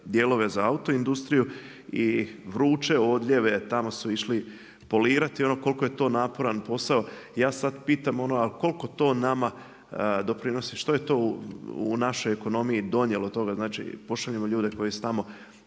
dijelove za auto industriju i vruće odljeve tamo su išli polirati koliko je to naporan posao, ja sada pitam ono a koliko to nama doprinosi, što je to u našoj ekonomiji donijelo toga? Znači pošaljemo ljude koji se